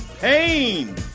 Pain